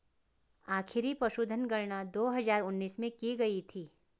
आखिरी पशुधन गणना दो हजार उन्नीस में की गयी थी